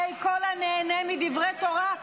ה' "כל הנהנה מדברי תורה,